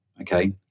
okay